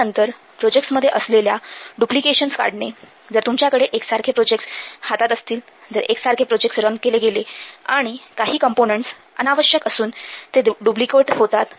यानंतर प्रोजेक्टसमध्ये असलेल्या डुप्लिकेशन्स काढणे जर तुमच्याकडे एकसारखे प्रोजेक्टस हातात असतील जर एकसारखे प्रोजेक्टस रन केले गेले आणि काही कॉम्पोनन्ट्स अनावश्यक असून ते डुप्लिकेट होतात